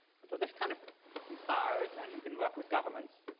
and for this kind of inspires and you can work with governments.